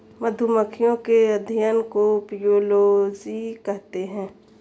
मधुमक्खियों के अध्ययन को अपियोलोजी कहते हैं